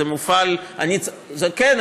כן,